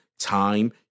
time